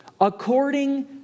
according